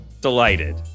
Delighted